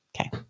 Okay